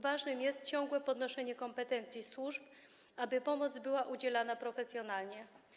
Ważne jest ciągłe podnoszenie kompetencji służb, aby pomoc była udzielana profesjonalnie.